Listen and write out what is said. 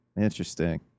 Interesting